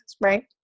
right